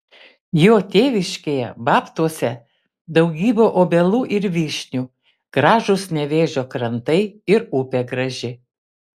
jo tėviškėje babtuose daugybė obelų ir vyšnių gražūs nevėžio krantai ir upė graži